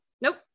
Nope